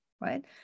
right